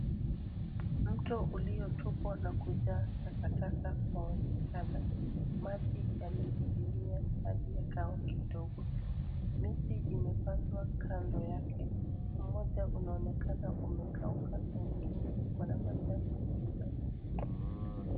Mto uliotupwa na kujaa takataka waonekana, maji yamedidimia hadi yakawa kidogo. Miti imepandwa kando yake, mmoja unaonekana umekauka na mingine iko na majani ya kijani kibichi.